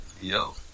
Yo